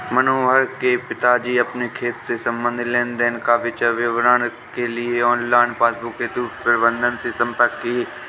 मनोहर के पिताजी अपने खाते से संबंधित लेन देन का विवरण के लिए ऑनलाइन पासबुक हेतु प्रबंधक से संपर्क किए